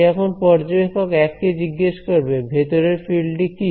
সে এখন পর্যবেক্ষক 1 কে জিজ্ঞেস করবে ভেতরে ফিল্ড টি কি